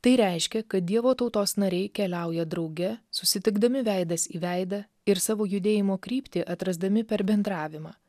tai reiškia kad dievo tautos nariai keliauja drauge susitikdami veidas į veidą ir savo judėjimo kryptį atrasdami per bendravimą